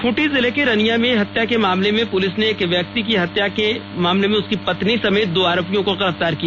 खूंटी जिले के रनियां में हत्या के मामले में पुलिस ने एक व्यक्ति की हत्या के मामले में उसकी पत्नी सहित दो आरोपियों को गिरफ्तार किया